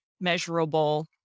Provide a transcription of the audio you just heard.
measurable